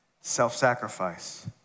self-sacrifice